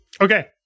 okay